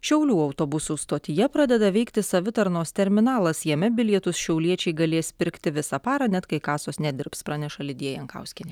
šiaulių autobusų stotyje pradeda veikti savitarnos terminalas jame bilietus šiauliečiai galės pirkti visą parą net kai kasos nedirbs praneša lidija jankauskienė